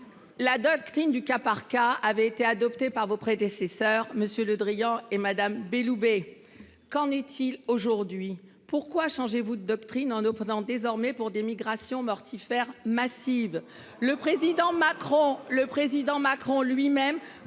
La doctrine du cas par cas avaient été adoptés par vos prédécesseurs monsieur Le Drian et Madame Belloubet. Qu'en est-il aujourd'hui. Pourquoi changer vous de doctrine en opposant désormais pour des migrations mortifère massive. Le président Macron le